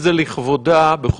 הישראלית מחויבת לקפוא בתוך גבולותיה,